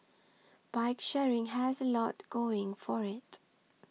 bike sharing has a lot going for it